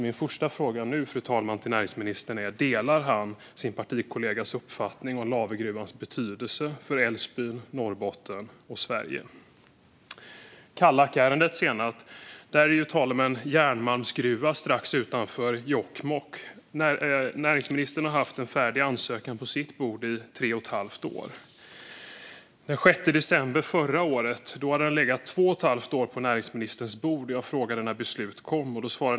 Min första fråga till näringsministern, fru talman, är: Delar ministern sin partikollegas uppfattning om Lavergruvans betydelse för Älvsbyn, Norrbotten och Sverige? I Kallakärendet är det tal om en järnmalmsgruva strax utanför Jokkmokk. Näringsministern har haft en färdig ansökan på sitt bord i tre och ett halvt år. Den 6 december förra året hade den legat i två och ett halvt år på näringsministerns bord. Jag frågade när beslut skulle komma.